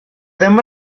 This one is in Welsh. ddim